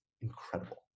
incredible